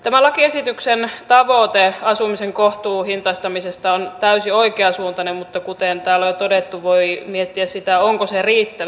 tämän lakiesityksen tavoite asumisen kohtuuhintaistamisesta on täysin oikeansuuntainen mutta kuten täällä on jo todettu voi miettiä sitä onko se riittävä